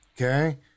okay